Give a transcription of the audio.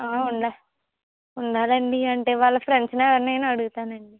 ఉన్నా ఉన్నారు అండి అంటే వాళ్ళ ఫ్రెండ్స్ని ఎవరిని అయిన అడుగుతాను అండి